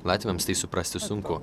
latviams tai suprasti sunku